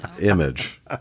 image